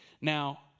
Now